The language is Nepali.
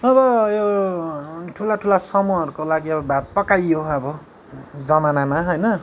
अब यो ठुला ठुला समूहहरूको लागि अब भात पकाइयो अब जमानामा होइन